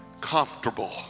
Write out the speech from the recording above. Comfortable